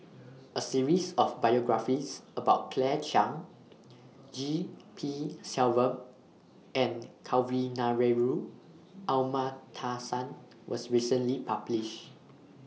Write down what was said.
A series of biographies about Claire Chiang G P Selvam and Kavignareru Amallathasan was recently published